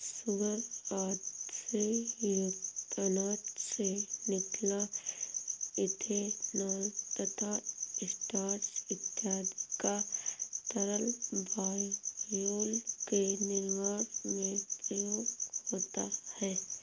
sugar आदि से युक्त अनाज से निकला इथेनॉल तथा स्टार्च इत्यादि का तरल बायोफ्यूल के निर्माण में प्रयोग होता है